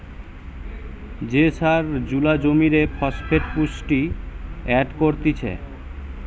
যে সার জুলা জমিরে ফসফেট পুষ্টি এড করতিছে